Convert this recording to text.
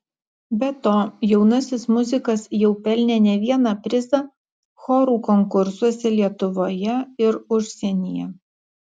be to jaunasis muzikas jau pelnė ne vieną prizą chorų konkursuose lietuvoje ir užsienyje